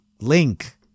Link